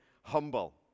humble